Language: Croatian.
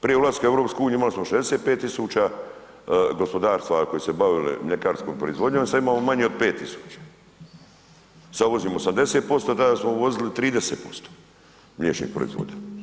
Prije ulaska u EU imali smo 65000 gospodarstava koji su se bavili mljekarskom proizvodnjom, sad imamo manje od 5000, sad uvozimo 80%, tada smo uvozili 30% mliječnih proizvoda.